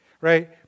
Right